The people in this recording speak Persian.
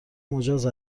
مجاز